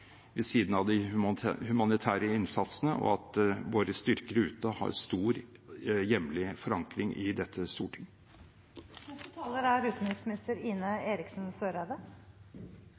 ved siden av de humanitære innsatsene, og at våre styrker ute har stor hjemlig forankring i dette